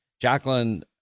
Jacqueline